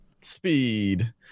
speed